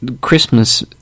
Christmas